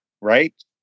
right